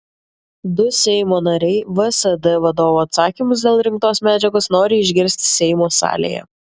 du seimo nariai vsd vadovo atsakymus dėl rinktos medžiagos nori išgirsti seimo salėje